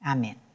Amen